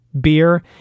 Beer